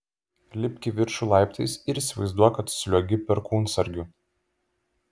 lipk į viršų laiptais ir įsivaizduok kad sliuogi perkūnsargiu